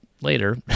later